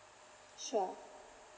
sure